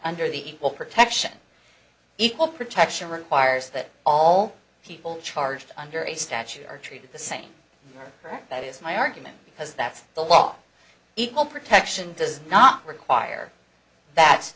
under the equal protection equal protection requires that all people charged under a statute are treated the same that is my argument because that's the law equal protection does not require that